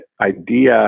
idea